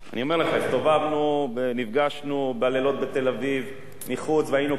הסתובבנו ונפגשנו בלילות בתל-אביב והיינו כמפלגה אחת,